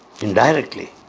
indirectly